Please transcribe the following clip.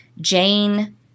Jane